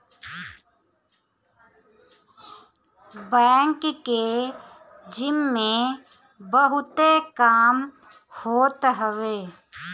bank के जिम्मे बहुते काम होत हवे